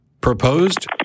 proposed